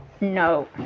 no